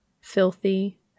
filthy